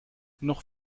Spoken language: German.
noch